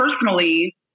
personally